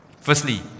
Firstly